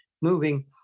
moving